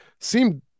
Seemed